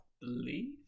believe